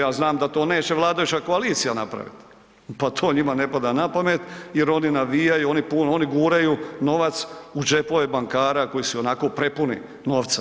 Ja znam da to neće vladajuća koalicija napraviti, pa to njima ne pada na pamet jer oni navijaju, oni guraju novac u džepove bankara koji su i onako prepuni novca.